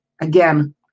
Again